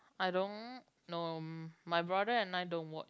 I don't know my brother and I don't watch